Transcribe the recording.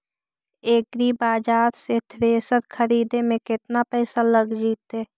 एग्रिबाजार से थ्रेसर खरिदे में केतना पैसा लग जितै?